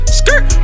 skirt